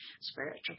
spiritual